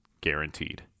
Guaranteed